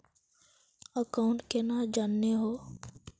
Account केना जाननेहव?